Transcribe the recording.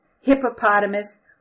hippopotamus